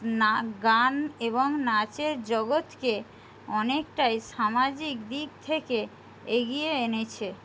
গান এবং নাচের জগতকে অনেকটাই সামাজিক দিক থেকে এগিয়ে এনেছে